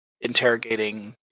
interrogating